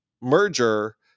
merger